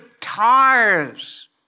tires